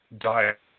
diet